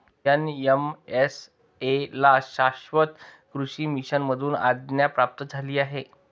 NMSA ला शाश्वत कृषी मिशन मधून आज्ञा प्राप्त झाली आहे